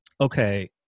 okay